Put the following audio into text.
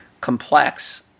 complex